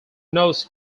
knows